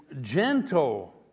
gentle